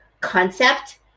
concept